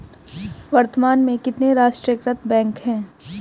वर्तमान में कितने राष्ट्रीयकृत बैंक है?